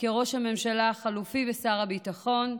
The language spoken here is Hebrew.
כראש הממשלה החלופי ושר הביטחון,